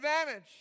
advantage